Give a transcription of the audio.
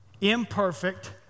imperfect